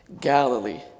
Galilee